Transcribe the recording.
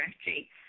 strategy